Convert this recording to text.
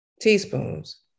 teaspoons